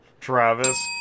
Travis